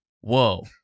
whoa